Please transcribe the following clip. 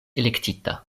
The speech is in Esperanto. elektita